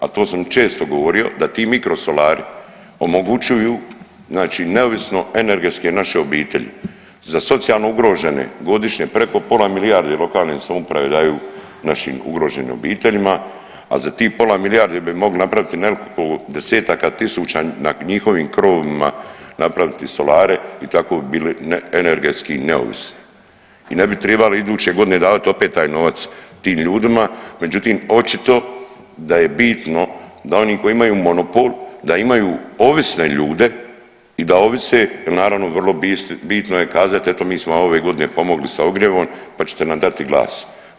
A to sam često govorio da ti mikrosolari omogućuju neovisno energetske naše obitelji, za socijalno ugrožene godišnje preko pola milijarde lokalne samouprave daju našim ugroženim obiteljima, a za ti pola milijarde bi mogli napraviti nekoliko desetaka tisuća na njihovim krovovima napraviti solare i tako bi bili energetski neovisni i ne bi tribali iduće godine davat opet taj novac tim ljudima, međutim očito da je bitno da oni koji imaju monopol da imaju ovisne ljude i da ovise jer naravno vrlo bitno je kazat eto mi smo ove godine pomogli sa ogrjevom, pa ćete nam dati glas.